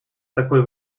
такой